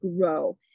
grow